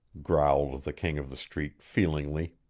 growled the king of the street feelingly.